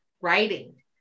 writing